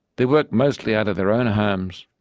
they worked mostly out of their own homes,